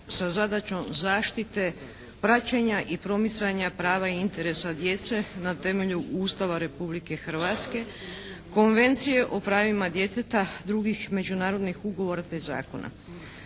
sa zadaćom zaštite praćenja i promicanja prava i interesa djece na temelju Ustava Republike Hrvatske, Konvencije o pravima djeteta, drugih međunarodnih ugovora te zakona.